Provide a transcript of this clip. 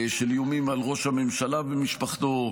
של איומים על ראש הממשלה ומשפחתו,